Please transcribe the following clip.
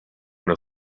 una